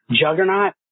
Juggernaut